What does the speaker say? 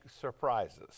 surprises